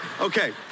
okay